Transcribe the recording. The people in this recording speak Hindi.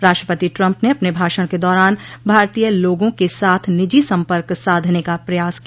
राष्ट्रपति ट्रंप ने अपने भाषण के दौरान भारतीय लोगों के साथ निजी सम्पर्क साधने का प्रयास किया